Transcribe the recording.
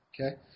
okay